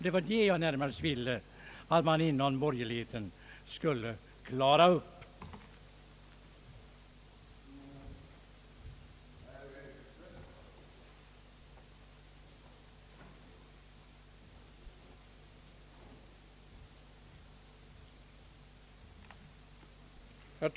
Det var detta jag närmast ville att man inom borgerligheten skulle klara upp.